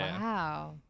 wow